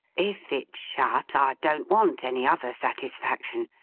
if it's shut, i don't want any other satisfaction.